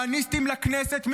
כהניסטים לכנסת,